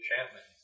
enchantment